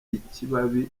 ikibabi